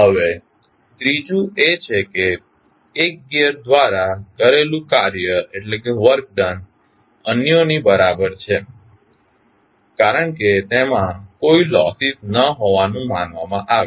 હવે ત્રીજું એ છે કે 1 ગિઅર દ્વારા કરેલુ કાર્ય અન્યો ની બરાબર છે કારણ કે તેમાં કોઈ લોસ ન હોવાનું માનવામાં આવે છે